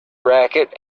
racket